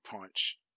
punch